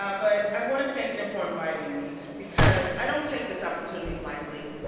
um but i want to thank them for inviting me because i don't take this opportunity lightly.